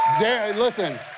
Listen